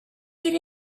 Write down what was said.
get